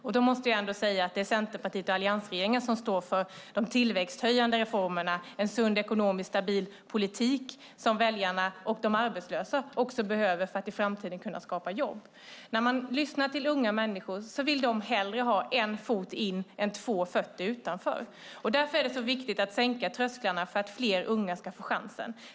Därför måste jag säga att det är Centerpartiet och Alliansregeringen som står för de tillväxthöjande reformerna, för en sund och stabil ekonomisk politik som väljarna och de arbetslösa behöver för att i framtiden kunna få jobb. När man lyssnar till unga människor vill de hellre ha en fot in än två fötter utanför. Det är därför viktigt att sänka trösklarna så att fler unga ska få chansen.